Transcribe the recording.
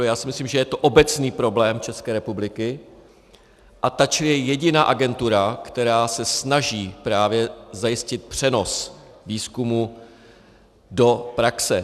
Já si myslím, že to je obecný problém České republiky a TA ČR je jediná agentura, která se snaží právě zajistit přenos výzkumu do praxe.